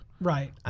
Right